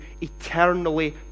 eternally